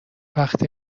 وقتی